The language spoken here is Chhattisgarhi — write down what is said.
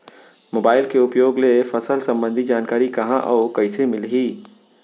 मोबाइल के उपयोग ले फसल सम्बन्धी जानकारी कहाँ अऊ कइसे मिलही?